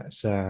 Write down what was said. sa